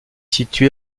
située